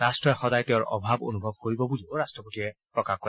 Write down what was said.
ৰাট্টই সদায় তেওঁৰ অভাৱ অনুভৱ কৰিব বুলিও ৰাষ্ট্ৰপতিয়ে প্ৰকাশ কৰে